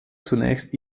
zunächst